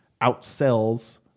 outsells